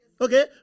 Okay